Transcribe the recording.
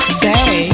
say